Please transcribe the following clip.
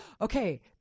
okay